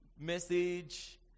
message